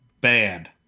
bad